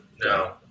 No